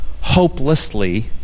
hopelessly